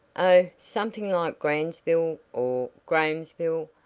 oh, something like gransville, or grahamsville.